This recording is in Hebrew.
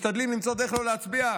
משתדלים למצוא דרך לא להצביע.